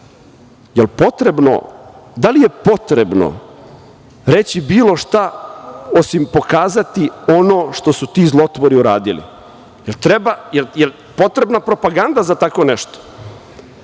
propaganda. Da li je potrebno reći bilo šta, osim pokazati ono što su ti zlotvori uradili? Da li je potrebna propaganda za tako nešto?